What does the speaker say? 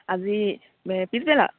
আজি পিছবেলা